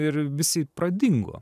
ir visi pradingo